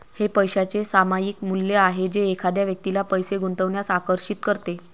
हे पैशाचे सामायिक मूल्य आहे जे एखाद्या व्यक्तीला पैसे गुंतवण्यास आकर्षित करते